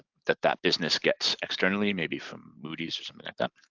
that that business gets externally, maybe from moody's or something like that.